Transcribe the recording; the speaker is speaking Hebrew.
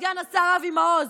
סגן השר אבי מעוז,